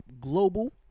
global